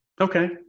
Okay